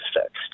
fixed